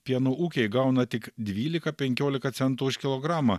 pieno ūkiai gauna tik dvylika penkiolika centų už kilogramą